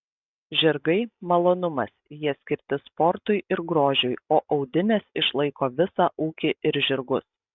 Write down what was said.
žirgai malonumas jie yra skirti sportui ir grožiui o audinės išlaiko visą ūkį ir žirgus